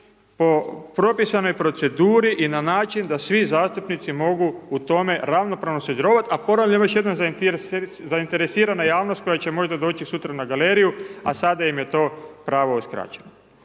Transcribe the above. po propisanoj proceduri i na način da svi zastupnici mogu u tome ravnopravno sudjelovati, a .../Govornik se ne razumije./... zainteresirana javnost koja će možda doći sutra na galeriju, a sada im je to pravo uskraćeno.